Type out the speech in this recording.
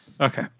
Okay